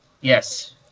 Yes